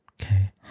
Okay